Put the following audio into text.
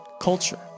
culture